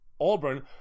Auburn